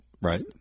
Right